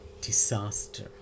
disaster